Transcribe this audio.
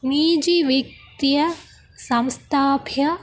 नीजिविक्त्या संस्थाप्य